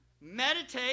meditate